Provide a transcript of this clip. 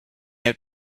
out